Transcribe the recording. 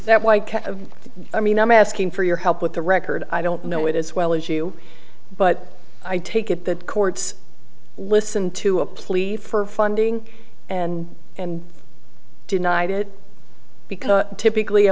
it that way i mean i'm asking for your help with the record i don't know it as well as you but i take it that courts listen to a plea for funding and and denied it because typically